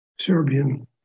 Serbian